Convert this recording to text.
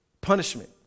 punishment